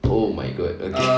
oh my god okay